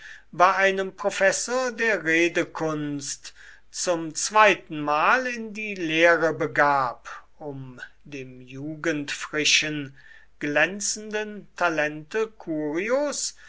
bei einem professor der redekunst zum zweitenmal in die lehre begab um dem jugendfrischen glänzenden talente curios